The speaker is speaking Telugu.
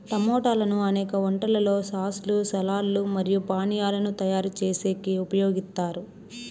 టమోటాలను అనేక వంటలలో సాస్ లు, సాలడ్ లు మరియు పానీయాలను తయారు చేసేకి ఉపయోగిత్తారు